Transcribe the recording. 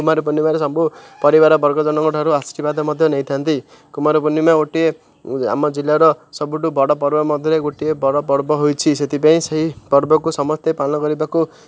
କୁମାର ପୂର୍ଣ୍ଣିମାରେ ସବୁ ପରିବାର ବର୍ଗଜଣଙ୍କ ଠାରୁ ଆଶୀର୍ବାଦ ମଧ୍ୟ ନେଇଥାନ୍ତି କୁମାର ପୂର୍ଣ୍ଣିମା ଗୋଟିଏ ଆମ ଜିଲ୍ଲାର ସବୁଠୁ ବଡ଼ ପର୍ବ ମଧ୍ୟରେ ଗୋଟିଏ ବଡ଼ ପର୍ବ ହୋଇଛି ସେଥିପାଇଁ ସେହି ପର୍ବକୁ ସମସ୍ତେ ପାଳନ କରିବାକୁ